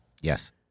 Yes